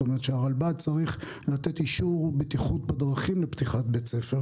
שהרלב"ד צריך לתת אישור בטיחות בדרכים לפתיחת בית ספר,